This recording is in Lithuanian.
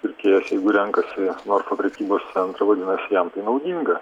pirkėjas jeigu renkasi norfa prekybos centrą vadinasi jam tai naudinga